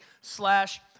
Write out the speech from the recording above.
slash